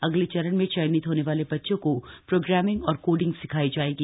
अगले चरण में चयनित होने वाले बच्चों को प्रोग्रामिग और कोडिंग सिखाई जाएगी